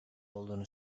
olduğunu